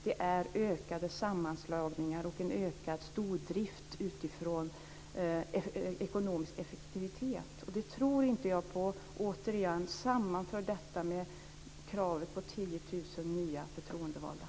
Det är ökade sammanslagningar och en ökad stordrift utifrån ekonomisk effektivitet. Det tror inte jag på. Återigen: Sammanför detta med kravet på 10 000 nya förtroendevalda!